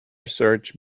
search